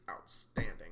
outstanding